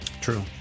True